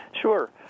Sure